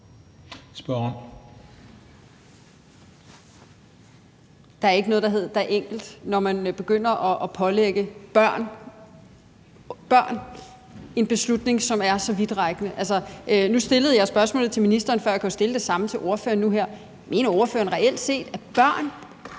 Thiesen (NB): Der er ikke noget, der hedder, at det er enkelt, når man begynder at pålægge børn – børn – en beslutning, som er så vidtrækkende. Nu stillede jeg spørgsmålet til ministeren før, og jeg kunne jo stille det samme spørgsmål til ordføreren nu her: Mener ordføreren reelt set, at børn